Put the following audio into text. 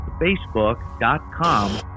Facebook.com